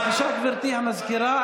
בבקשה, גברתי המזכירה.